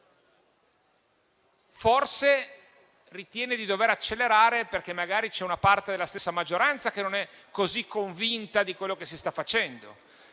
Forse ritiene di dover accelerare, perché magari c'è una parte della stessa maggioranza che non è così convinta di quello che si sta facendo.